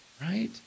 right